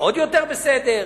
עוד יותר בסדר,